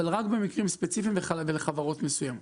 אבל רק במקרים ספציפיים ולחברות מסוימות.